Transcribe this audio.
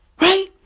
Right